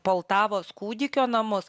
poltavos kūdikio namus